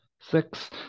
six